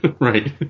Right